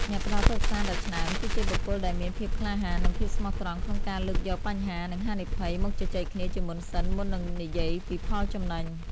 អ្នកផ្ដល់ប្រឹក្សាដ៏ឆ្នើម គឺជាបុគ្គលដែលមានភាពក្លាហាន និងភាពស្មោះត្រង់ក្នុងការលើកយកបញ្ហា និងហានិភ័យមកជជែកគ្នាជាមុនសិន មុននឹងនិយាយពីផលចំណេញ។